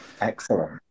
excellent